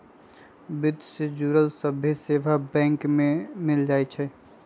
वित्त से जुड़ल सभ्भे सेवा बैंक में मिल जाई छई